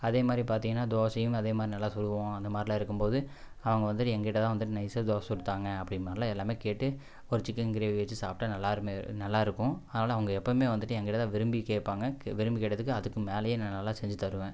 அதே மாதிரி பார்த்தீங்கன்னா தோசையும் அதே மாதிரி நல்லா சுடுவோம் அந்த மாதிரிலாம் இருக்கும் போது அவங்க வந்துட்டு எங்கிட்ட தான் வந்து நைஸா தோசை சுட்டுத்தாங்க அப்டினு மாதிரிலாம் எல்லாமே கேட்டு ஒரு சிக்கன் கிரேவி வச்சு சாப்பிட்டா நல்லாருக்குமே நல்லாருக்கும் அதனால அவங்க எப்போவுமே வந்துட்டு ஏங்கிட்டதான் விரும்பி கேட்பாங்க விரும்பி கேட்டதுக்கு அதுக்கு மேலேயே நான் நல்லா செஞ்சு தருவேன்